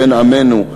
בן עמנו,